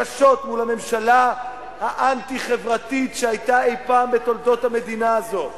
קשות מול הממשלה האנטי-חברתית שהיתה אי-פעם בתולדות המדינה הזו.